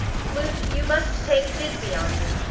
flute, you must take thisby on you.